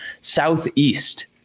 Southeast